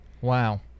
Wow